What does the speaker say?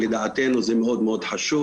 ולדעתנו זה מאוד מאוד חשוב